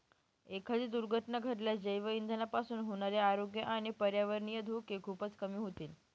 एखादी दुर्घटना घडल्यास जैवइंधनापासून होणारे आरोग्य आणि पर्यावरणीय धोके खूपच कमी होतील